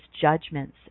judgments